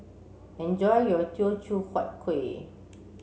enjoy your Teochew Huat Kueh